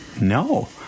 no